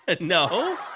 No